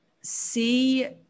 see